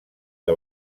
que